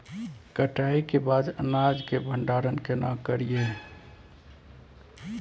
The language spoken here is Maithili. कटाई के बाद अनाज के भंडारण केना करियै?